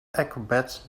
acrobat